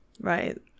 Right